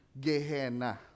Gehenna